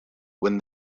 when